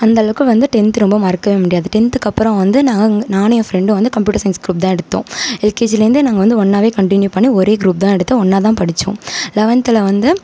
அந்தளவுக்கு வந்து டென்த்து ரொம்ப மறக்கவே முடியாது டென்த்துக்கு அப்புறம் வந்து நாங் நானும் என் ஃப்ரெண்டும் வந்து கம்ப்யூட்டர் சயின்ஸ் குரூப் தான் எடுத்தோம் எல்கேஜிலேருந்தே நாங்கள் வந்து ஒன்றாவே கண்ட்டினியூவ் பண்ணி ஒரே குரூப் தான் எடுத்து ஒன்றாதான் படித்தோம் லெவன்த்தில் வந்து